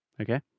Okay